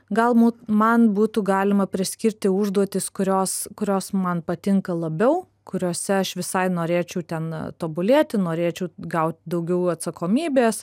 galbūt man būtų galima priskirti užduotis kurios kurios man patinka labiau kuriose aš visai norėčiau ten tobulėti norėčiau gaut daugiau atsakomybės